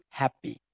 happy